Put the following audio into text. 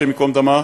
השם ייקום דמה,